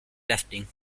testing